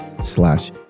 slash